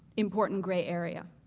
important gray area.